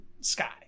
sky